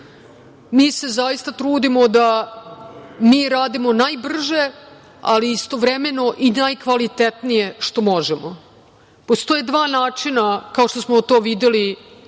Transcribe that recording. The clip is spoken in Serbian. mi se zaista trudimo da radimo najbrže, ali, istovremeno, i najkvalitetnije što možemo. Postoje dva načina, kao što smo to videli